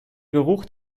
geruch